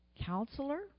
Counselor